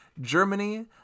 germany